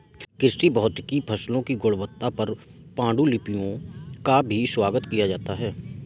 कृषि भौतिकी फसलों की गुणवत्ता पर पाण्डुलिपियों का भी स्वागत किया जाता है